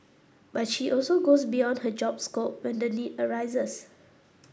but she also goes beyond her job scope when the need arises